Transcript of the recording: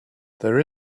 there